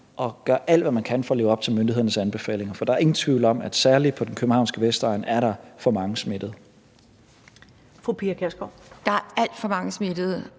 og gøre alt, hvad man kan, for at leve op til myndighedernes anbefalinger, for der er ingen tvivl om, at særlig på den københavnske Vestegn er der for mange smittede. Kl. 17:21 Første næstformand (Karen